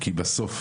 כי בסוף